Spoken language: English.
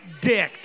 dicked